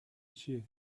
چیه